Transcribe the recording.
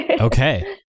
Okay